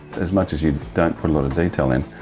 as much as you don't put a lot of detail in,